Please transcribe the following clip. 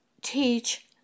teach